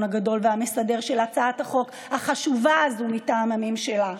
הגדול והמסדר של הצעת החוק החשובה הזאת מטעם הממשלה.